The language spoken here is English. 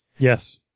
Yes